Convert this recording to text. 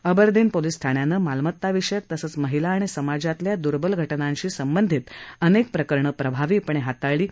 Aberdeen police ठाण्यानं मालमत्ताविषयक तसंच महिला आणि समाजातल्या दुर्बल घटनांशी संबंधित अनेक प्रकरणं प्रभावीपणे हाताळली आहेत